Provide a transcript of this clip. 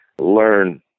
learn